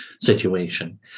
situation